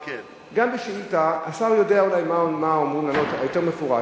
גם בשאילתא השר יודע אולי מה הוא אמור לענות יותר מפורט.